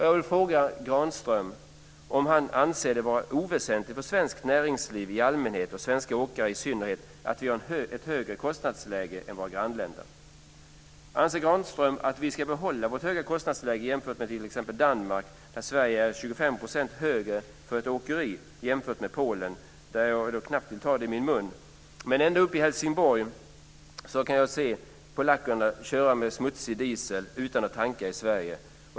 Jag vill fråga Granström om han anser det vara oväsentligt för svenskt näringsliv i allmänhet och för svenska åkare i synnerhet att vi har ett högre kostnadsläge än våra grannländer. Anser Granström att vi ska behålla vårt höga kostnadsläge jämfört med t.ex. Danmarks? I Sverige är kostnaderna för ett åkeri 25 % högre, och en jämförelse med Polen vill jag knappt ta i min mun. Men ända uppe i Helsingborg kan jag se polackerna köra med smutsig diesel utan att tanka i Sverige.